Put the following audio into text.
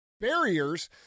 barriers